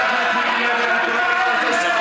כמה פעמים חיילי מילואים קיבלו שם